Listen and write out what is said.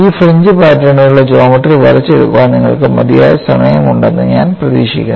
ഈ ഫ്രിഞ്ച് പാറ്റേണുകളുടെ ജോമട്രി വരച്ച് എടുക്കാൻ നിങ്ങൾക്ക് മതിയായ സമയമുണ്ടെന്ന് ഞാൻ പ്രതീക്ഷിക്കുന്നു